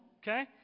okay